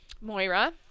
Moira